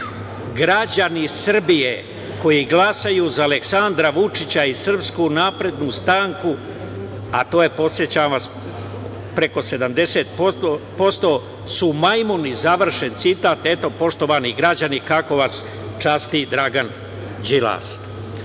građani Srbije koji glasaju za Aleksandra Vučića i SNS, a to je, podsećam vas, preko 70%, su majmuni. Završen citat. Eto, poštovani građani, kako vas časti Dragan